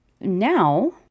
now